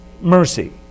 mercy